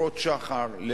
חסרות שחר.